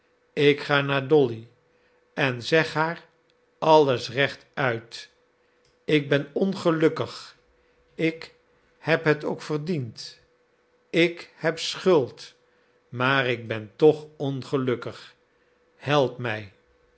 ik ga naar dolly en zeg haar alles rechtuit ik ben ongelukkig ik heb het ook verdiend ik heb schuld maar ik ben toch ongelukkig help mij